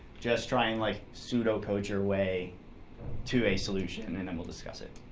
just try and like pseudo-code your way to a solution, and then then we'll discuss it.